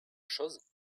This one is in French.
chose